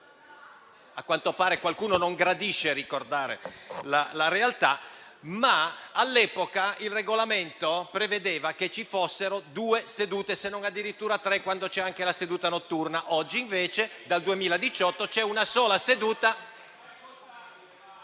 A quanto pare qualcuno non gradisce ricordare la realtà. Vorrei ricordare che all'epoca il Regolamento prevedeva che ci fossero due sedute, se non addirittura tre, quando c'è anche la seduta notturna. *(Commenti)*. Dal 2018 invece c'è una sola seduta.